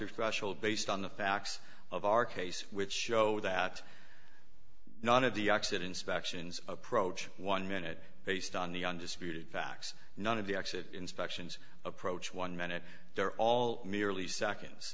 construe special based on the facts of our case which show that none of the accidents faction's approach one minute based on the undisputed facts none of the exit inspections approach one minute they're all merely seconds